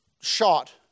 shot